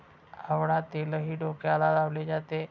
आवळा तेलही डोक्याला लावले जाते